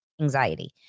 anxiety